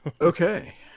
Okay